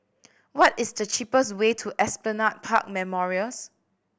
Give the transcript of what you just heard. what is the cheapest way to Esplanade Park Memorials